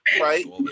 Right